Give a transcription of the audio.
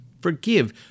forgive